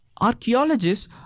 Archaeologists